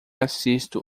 assisto